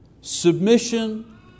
Submission